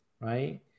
right